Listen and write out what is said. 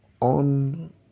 on